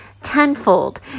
tenfold